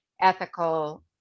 ethical